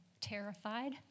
terrified